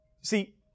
See